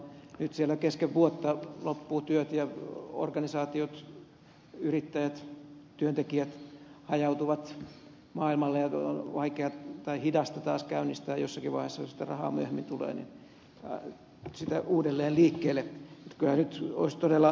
nyt siellä kesken vuotta loppuvat työt ja organisaatiot yrittäjät työntekijät hajautuvat maailmalle ja on hidasta taas käynnistää sitä jossakin vaiheessa uudelleen liikkeelle jos sitä rahaa myöhemmin tulee